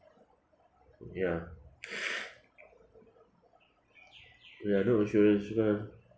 ya we have no insurance [one]